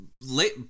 late-